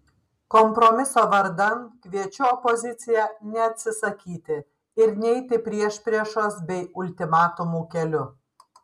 kompromiso vardan kviečiu opoziciją neatsisakyti ir neiti priešpriešos bei ultimatumų keliu